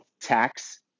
tax